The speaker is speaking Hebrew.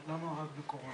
למה רק בקורונה?